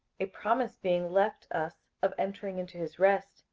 a promise being left us of entering into his rest,